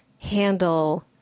handle